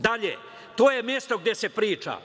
Dalje: „To je mesto gde se priča“